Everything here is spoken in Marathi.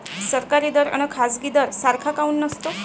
सरकारी दर अन खाजगी दर सारखा काऊन नसतो?